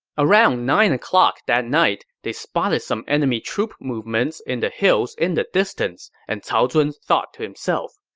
around nine o'clock that night, they spotted some enemy troop movements in the hills in the distance. and cao zun thought to himself,